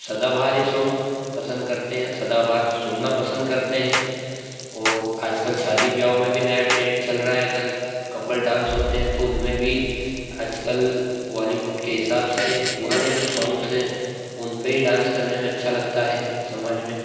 सदाबहार ही सॉन्ग पसंद करते हैं सदाबहार सुनना पसंद करते हैं और आजकल शादी बियाहों में भी नया ट्रेंड चल रहा है अगर अगर कपल डांस होते हैं तो उनमें भी आज कल बॉलीवुड के हिसाब से पुराने जो सॉन्ग्स है उनपे ही डांस करने में अच्छा लगता है समाज में